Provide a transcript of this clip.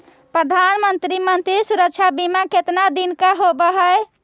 प्रधानमंत्री मंत्री सुरक्षा बिमा कितना दिन का होबय है?